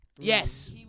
Yes